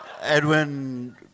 Edwin